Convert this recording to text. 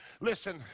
Listen